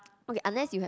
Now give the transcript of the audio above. okay unless you have